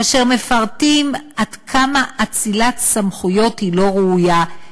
כאשר מפרטים עד כמה אצילת סמכויות היא לא ראויה,